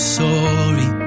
sorry